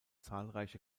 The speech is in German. zahlreiche